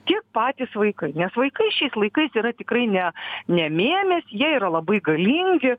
tiek patys vaikai nes vaikai šiais laikais yra tikrai ne ne mėmės jie yra labai galingi